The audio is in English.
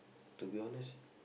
to be honest